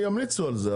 שימליצו על זה,